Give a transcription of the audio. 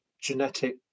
genetic